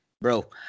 Bro